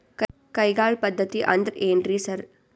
ಕೈಗಾಳ್ ಪದ್ಧತಿ ಅಂದ್ರ್ ಏನ್ರಿ ಸರ್?